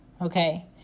okay